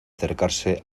acercarse